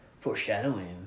Foreshadowing